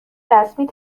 رسمی